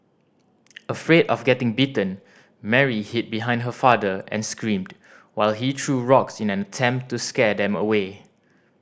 afraid of getting bitten Mary hid behind her father and screamed while he threw rocks in an attempt to scare them away